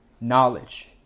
knowledge